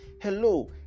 hello